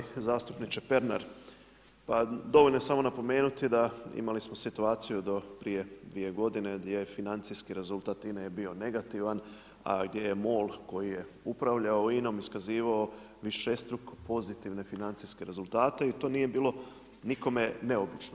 Poštovani zastupniče Pernar, pa dovoljno je samo napomenuti da imali smo situaciju do prije dvije godine gdje je financijski rezultat INA-e je bio negativan, a gdje je MOL koji je upravljao INA-om iskazivao višestruko pozitivne financijske rezultate i to nije bilo nikome neobično.